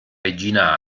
regina